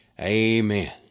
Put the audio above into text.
Amen